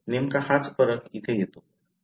तर नेमका हाच फरक इथे येतो